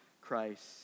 Christ